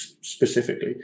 specifically